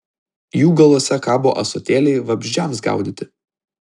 jų galuose kabo ąsotėliai vabzdžiams gaudyti